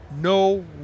no